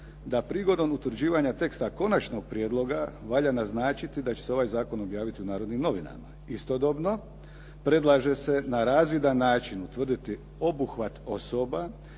da prigodom utvrđivanja teksta konačnog prijedloga valja naznačiti da će se ovaj zakon objaviti u "Narodnim novinama". Istodobno predlaže se na razvidan način utvrditi obuhvat osoba